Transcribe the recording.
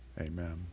Amen